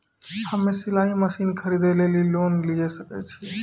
हम्मे सिलाई मसीन खरीदे लेली लोन लिये सकय छियै?